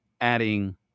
adding